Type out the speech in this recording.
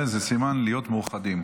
זה סימן להיות מאוחדים.